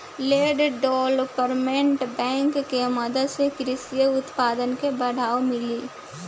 land development bank के मदद से कृषि उत्पादन के बढ़ावा मिली